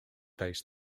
face